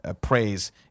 praise